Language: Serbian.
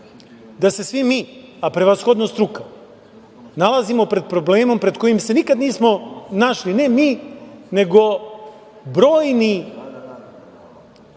da se svi mi, a prevashodno struka, nalazimo pred problemom pred kojim se nikad nismo našli, ne mi, nego brojni,